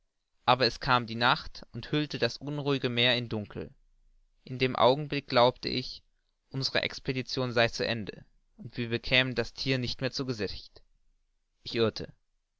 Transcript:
aber es kam die nacht und hüllte das unruhige meer in dunkel in dem augenblick glaubte ich unsere expedition sei zu ende und wir bekämen das thier nicht mehr zu gesicht ich irrte